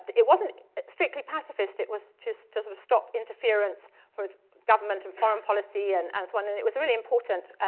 it wasn't strictly pacifist. it was just just to stop interference. for government and foreign policy and as one and it was really important